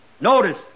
Notice